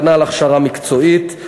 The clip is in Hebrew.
כנ"ל הכשרה מקצועית.